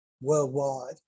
worldwide